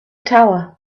tower